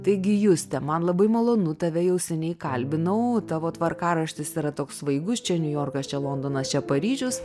taigi juste man labai malonu tave jau seniai kalbinau tavo tvarkaraštis yra toks svaigus čia niujorkas čia londonas čia paryžius